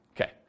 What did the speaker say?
Okay